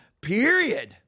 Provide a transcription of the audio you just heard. period